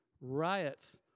riots